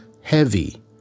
Heavy